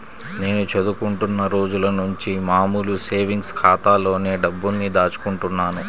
నేను చదువుకుంటున్న రోజులనుంచి మామూలు సేవింగ్స్ ఖాతాలోనే డబ్బుల్ని దాచుకుంటున్నాను